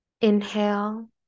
inhale